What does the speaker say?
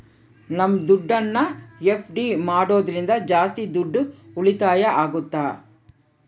ನಮ್ ದುಡ್ಡನ್ನ ಎಫ್.ಡಿ ಮಾಡೋದ್ರಿಂದ ಜಾಸ್ತಿ ದುಡ್ಡು ಉಳಿತಾಯ ಆಗುತ್ತ